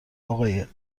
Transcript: آقای